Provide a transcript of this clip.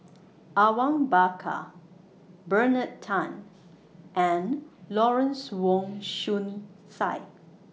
Awang Bakar Bernard Tan and Lawrence Wong Shyun Tsai